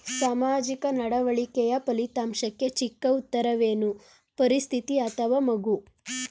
ಸಾಮಾಜಿಕ ನಡವಳಿಕೆಯ ಫಲಿತಾಂಶಕ್ಕೆ ಚಿಕ್ಕ ಉತ್ತರವೇನು? ಪರಿಸ್ಥಿತಿ ಅಥವಾ ಮಗು?